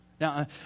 Now